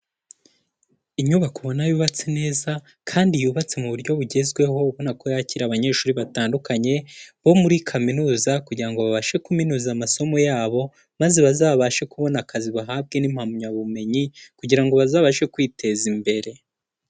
Inyubako ubona yubatse neza kandi yubatse mu buryo bugezweho ,ubona ko yakira abanyeshuri batandukanye bo muri kaminuza, kugira ngo babashe kuminuza amasomo yabo, maze bazabashe kubona akazi, bahabwe n'impamyabumenyi, kugira ngo bazabashe kwiteza imbere.